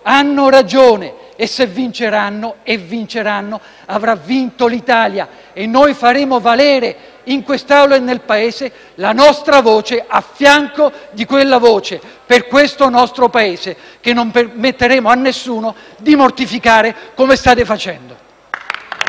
Hanno ragione e se vinceranno - e vinceranno - avrà vinto l'Italia. Noi faremo valere in questa Aula e nel Paese la nostra voce, a fianco di quella voce, per questo nostro Paese, che non permetteremo a nessuno di mortificare, come state facendo.